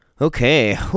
Okay